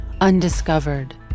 undiscovered